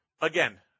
again